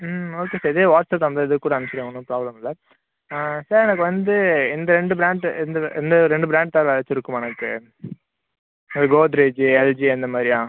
ம் okay sir இதே வாட்ஸ்அப்பில் அந்த இதுக்கு கூட அனுப்பிச்சி விடுங்கள் ஒன்னும் ப்ராப்லம் இல்லை சார் எனக்கு வந்து இந்த ரெண்டு ப்ராண்டு இந்த இந்த ரெண்டு ப்ராண்ட் தவிர வேற ஏதாச்சம் இருக்குமா எனக்கு அது கோத்ரேஜ்ஜி எல்ஜி அந்தமாதிரியா